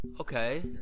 Okay